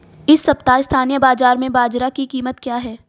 इस सप्ताह स्थानीय बाज़ार में बाजरा की कीमत क्या है?